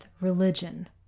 religion